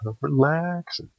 relax